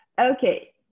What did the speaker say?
okay